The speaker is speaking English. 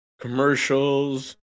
commercials